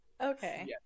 Okay